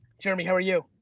jeremy, how are you?